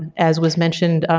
as was mentioned,